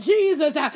Jesus